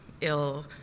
ill